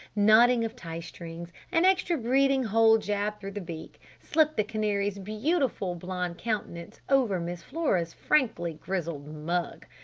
knotting of tie-strings an extra breathing hole jabbed through the beak, slipped the canary's beautiful blond countenance over miss flora's frankly grizzled mug.